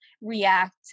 react